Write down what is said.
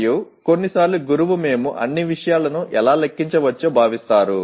మరియు కొన్నిసార్లు గురువు మేము అన్ని విషయాలను ఎలా లెక్కించవచ్చో భావిస్తారు